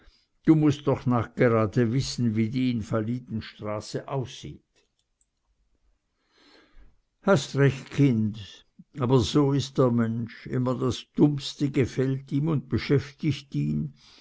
du mußt doch nachgerade wissen wie die invalidenstraße aussieht hast recht kind aber so is der mensch immer das dummste gefällt ihm un beschäftigt ihn